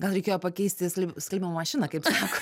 gal reikėjo pakeisti sl skalbimo mašiną kaip sak